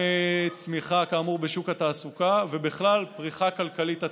גם צמיחה בשוק התעסוקה,